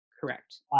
Correct